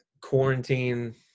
quarantine